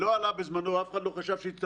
ב-22 בנובמבר אנחנו סיימנו את הבדיקה.